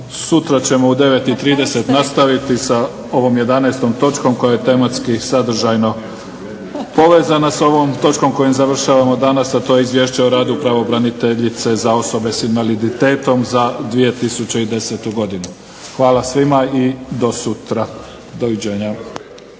Sutra ćemo u 9 i 30 nastaviti sa ovom 11. točkom koja je tematski sadržajno povezana s ovom točkom kojom završavamo danas, a to je Izvješće o radu pravobraniteljice za osobe sa invaliditetom za 2010. godinu. Hvala svima i do sutra doviđenja.